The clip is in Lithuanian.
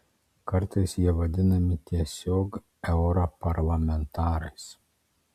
kartais jie vadinami tiesiog europarlamentarais